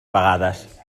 vegades